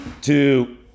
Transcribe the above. two